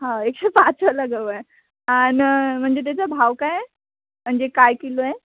हा एकशे पाचवाला गहू आहे आणि म्हणजे त्याचा भाव काय आहे म्हणजे काय किलो आहे